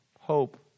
hope